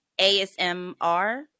asmr